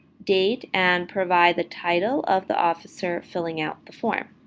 date, and provide the title of the officer filling out the form.